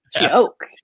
joke